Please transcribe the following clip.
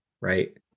right